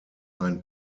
ein